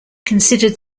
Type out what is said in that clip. considered